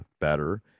better